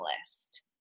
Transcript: list